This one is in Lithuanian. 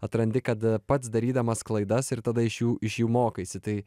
atrandi kad pats darydamas klaidas ir tada iš jų iš jų mokaisi tai